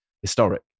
historic